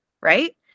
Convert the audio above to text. Right